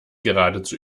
geradezu